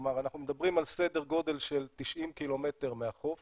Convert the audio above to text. כלומר אנחנו מדברים על סדר גודל של 90 קילומטר מהחוף